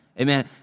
Amen